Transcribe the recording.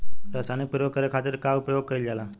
रसायनिक प्रयोग करे खातिर का उपयोग कईल जाइ?